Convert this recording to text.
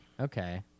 Okay